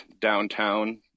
downtown